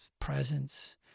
presence